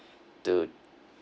to